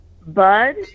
Bud